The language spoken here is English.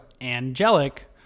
angelic